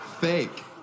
Fake